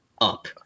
up